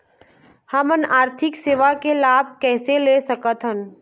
हमन आरथिक सेवा के लाभ कैसे ले सकथन?